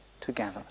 together